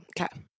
Okay